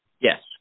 Yes